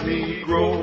Negro